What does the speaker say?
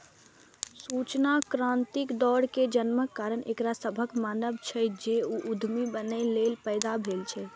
सूचना क्रांतिक दौर मे जन्मक कारण एकरा सभक मानब छै, जे ओ उद्यमी बनैए लेल पैदा भेल छै